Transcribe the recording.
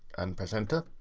and press enter,